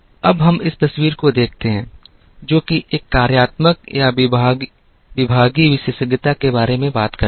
अब हम इस तस्वीर को देखते हैं जो कि एक कार्यात्मक या विभागीय विशेषज्ञता के बारे में बात करती है